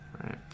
Right